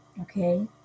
Okay